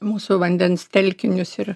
mūsų vandens telkinius ir